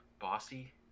bossy